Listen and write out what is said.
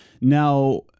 Now